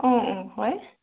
অ অ হয়